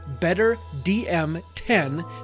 BETTERDM10